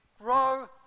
grow